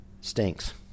stinks